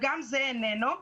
גם זה איננו.